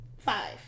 Five